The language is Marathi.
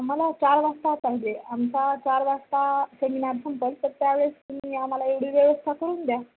मला चार वाजता पाहिजे आमचा चार वाजता सेमिनार संपेल तर त्या वेळेस तुम्ही आम्हाला एवढी व्यवस्था करून द्या